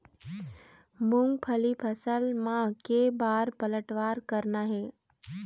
मूंगफली फसल म के बार पलटवार करना हे?